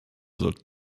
sollten